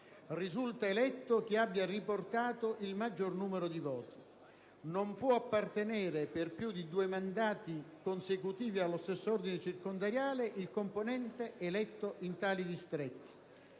Risulta eletto chi abbia riportato il maggiore numero di voti. Non può appartenere per più di due mandati consecutivi allo stesso ordine circondariale il componente eletto in tali distretti.